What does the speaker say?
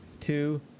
two